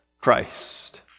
Christ